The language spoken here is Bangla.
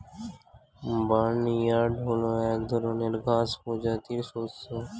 বার্নইয়ার্ড হল এক ধরনের ঘাস প্রজাতির শস্য